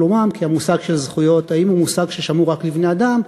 האם המושג זכויות הוא מושג ששמור רק לבני-אדם,